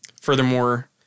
furthermore